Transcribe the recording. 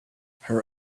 her